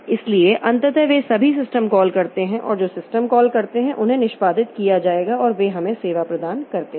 इसलिए अंततः वे सभी सिस्टम कॉल करते हैं और जो सिस्टम कॉल करते हैं उन्हें निष्पादित किया जाएगा और वे हमें सेवा प्रदान करते हैं